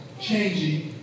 changing